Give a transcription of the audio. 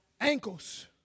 ankles